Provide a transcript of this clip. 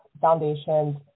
foundations